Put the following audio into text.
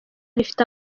rifite